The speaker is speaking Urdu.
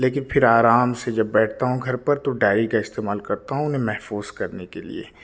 لیکن پھر آرام سے جب بیٹھتا ہوں گھر پر تو ڈائری کا استعمال کرتا ہوں انہیں محفوظ کرنے کے لیے